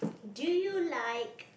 do you like